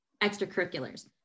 extracurriculars